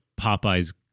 Popeye's